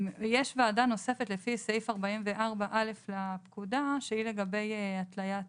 יש ועדה נוספת לי סעיף 44א לפקודה שהיא לגבי התליית